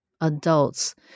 adults